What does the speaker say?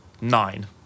Nine